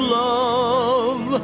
love